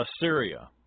Assyria